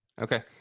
Okay